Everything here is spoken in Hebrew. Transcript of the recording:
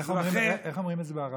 איך אומרים את זה בערבית?